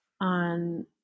on